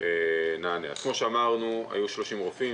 כמו שאמרנו, היו 30 רופאים.